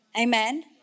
Amen